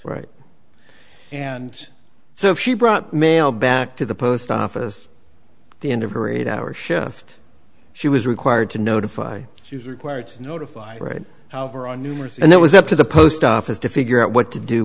right and so she brought mail back to the post office the end of her eight hour shift she was required to notify she was required to notify right however on numerous and it was up to the post office to figure out what to do